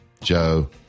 Joe